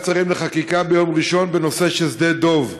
שרים לחקיקה ביום ראשון בנושא שדה דב.